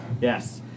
Yes